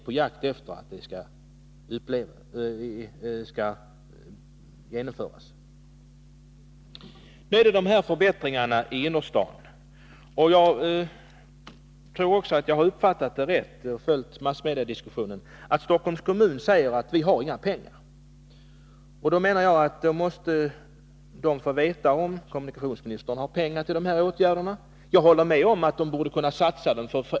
Så till förbättringarna i innerstaden. Jag har följt massmediediskussionen, och jag tror att jag har uppfattat den rätt. Stockholms kommun säger: Vi har inga pengar. Då menar jag att Stockholms kommun måste få veta om kommunikationsministern har pengar till dessa åtgärder. Jag håller med om att kommunen borde kunna satsa dem.